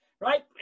Right